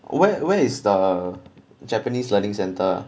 where where is the japanese learning center